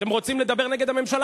אתם רוצים לדבר נגד הממשלה,